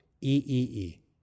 E-E-E